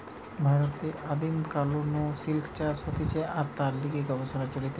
ভারতে আদিম কাল নু সিল্ক চাষ হতিছে আর তার লিগে গবেষণা চলিছে